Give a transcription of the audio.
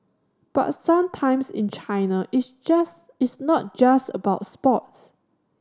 but sometimes in China it's just it's not just about sports